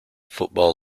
football